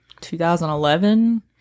2011